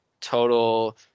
total